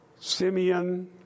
Simeon